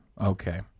Okay